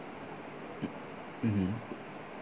mm mmhmm